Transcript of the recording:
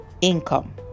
income